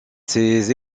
ses